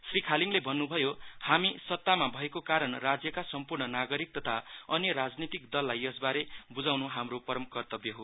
श्री खालिङले भन्नुभयो हामी शत्तामा भएको कारण राज्यका सम्पूर्ण नागरिक तथा अन्य राजनितिक दललाई यसवारे बुभाउनु हाम्रो परम कतव्य हो